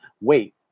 wait